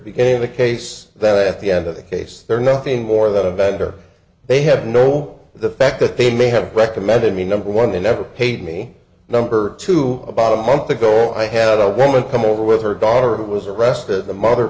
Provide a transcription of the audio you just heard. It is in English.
became the case that at the end of the case they're nothing more than a beggar they have no the fact that they may have recommended me number one they never paid me number two about a month ago i had a woman come over with her daughter who was arrested the mother